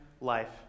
life